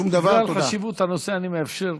בגלל חשיבות הנושא, אני מאפשר לחרוג.